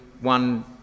One